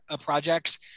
projects